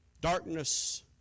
Darkness